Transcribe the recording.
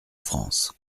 france